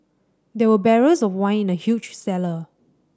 there were barrels of wine in the huge cellar